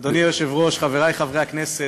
אדוני היושב-ראש, חברי חברי הכנסת,